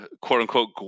quote-unquote